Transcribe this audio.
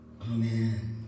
Amen